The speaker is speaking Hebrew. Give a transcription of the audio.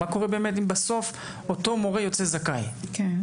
מה קורה אם בסוף אותו מורה יוצא זכאי אחרי